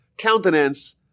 countenance